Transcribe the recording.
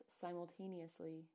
simultaneously